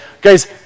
Guys